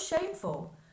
shameful